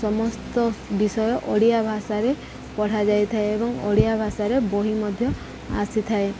ସମସ୍ତ ବିଷୟ ଓଡ଼ିଆ ଭାଷାରେ ପଢ଼ାଯାଇଥାଏ ଏବଂ ଓଡ଼ିଆ ଭାଷାରେ ବହି ମଧ୍ୟ ଆସିଥାଏ